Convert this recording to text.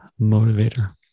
motivator